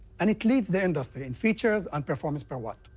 and it leads the industry in features and performance per watt.